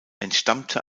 entstammte